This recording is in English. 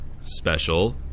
special